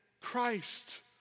Christ